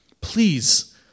Please